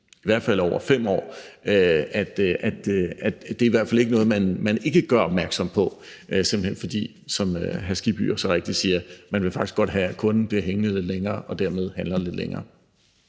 en mulighed i over 5 år. Det er i hvert fald ikke noget, man ikke gør opmærksom på, simpelt hen fordi, som hr. Hans Kristian Skibby så rigtigt siger, man faktisk gerne vil have, at kunden bliver hængende lidt længere og dermed handler lidt længere